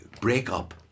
breakup